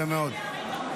יפה מאוד.